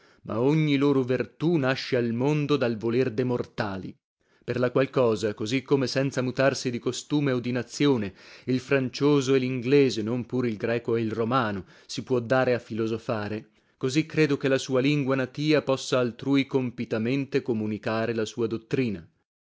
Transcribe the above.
ma ogni loro vertù nasce al mondo dal voler de mortali per la qual cosa così come senza mutarsi di costume o di nazione il francioso e linglese non pur il greco e il romano si può dare a filosofare così credo che la sua lingua natia possa altrui compitamente comunicare la sua dottrina